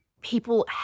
people